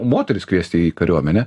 moteris kviesti į kariuomenę